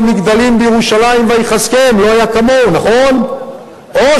קריאת ביניים, אדוני